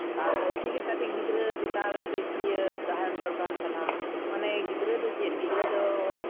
ᱛᱟᱨ ᱢᱚᱫᱽᱫᱷᱮ ᱜᱮ ᱠᱟᱹᱴᱤᱡ ᱜᱤᱫᱽᱨᱟᱹ ᱪᱮᱛᱟᱱ ᱨᱮ ᱠᱟᱹᱡ ᱤᱭᱟᱹ ᱛᱟᱦᱮᱱ ᱫᱚᱨᱠᱟᱨ ᱠᱟᱱᱟ ᱢᱟᱱᱮ ᱜᱤᱫᱽᱨᱟᱹ ᱫᱚ ᱪᱮᱫ ᱜᱤᱫᱽᱨᱟᱹ ᱫᱚ